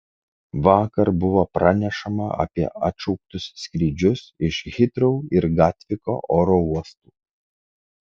vakar buvo pranešama apie atšauktus skrydžius iš hitrou ir gatviko oro uostų